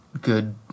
good